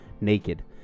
naked